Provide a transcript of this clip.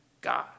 God